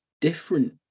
different